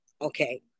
okay